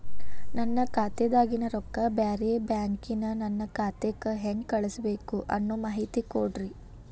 ನನ್ನ ಖಾತಾದಾಗಿನ ರೊಕ್ಕ ಬ್ಯಾರೆ ಬ್ಯಾಂಕಿನ ನನ್ನ ಖಾತೆಕ್ಕ ಹೆಂಗ್ ಕಳಸಬೇಕು ಅನ್ನೋ ಮಾಹಿತಿ ಕೊಡ್ರಿ?